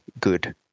good